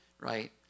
right